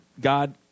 God